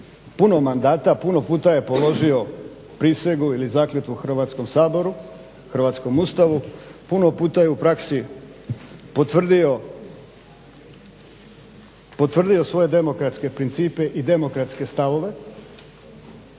puno mandata, puno puta je položio prisegu ili zakletvu Hrvatskom saboru, hrvatskom Ustavu, puno puta je u praksi potvrdio svoje demokratske principe i demokratske stavove,